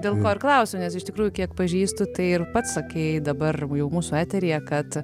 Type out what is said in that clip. dėl ko ir klausiu nes iš tikrųjų kiek pažįstu tai ir pats sakei dabar jau mūsų eteryje kad